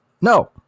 no